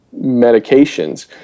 medications